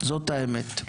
זאת האמת.